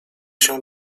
się